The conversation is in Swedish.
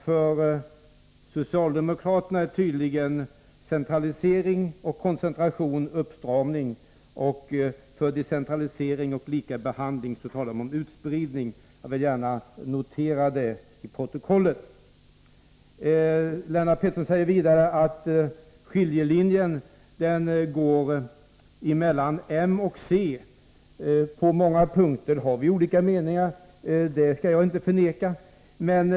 För socialdemokraterna är tydligen centralisering och koncentration uppstramning, medan decentralisering och likabehandling är utspridning. Jag vill gärna notera det till protokollet. Lennart Pettersson säger vidare att skiljelinjen går mellan moderaterna och centern. Jag skall inte förneka att vi på många punkter har olika meningar.